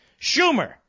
Schumer